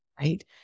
right